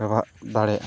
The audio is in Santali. ᱪᱟᱵᱟᱜ ᱫᱟᱲᱮᱭᱟᱜᱼᱟ